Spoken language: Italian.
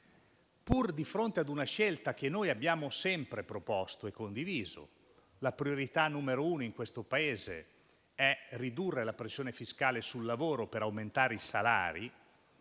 Di fronte a una scelta che noi abbiamo sempre proposto e condiviso, poiché la priorità numero uno in questo Paese è ridurre la pressione fiscale sul lavoro per aumentare i salari,